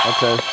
Okay